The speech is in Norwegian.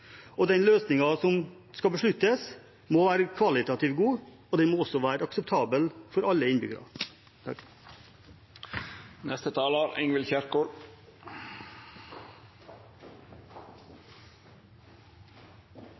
sikt. Den løsningen som skal besluttes, må være kvalitativt god, og den må også være akseptabel for alle